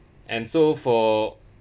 and so for